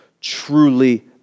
truly